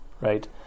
right